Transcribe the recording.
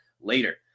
later